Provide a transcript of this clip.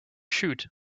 shoot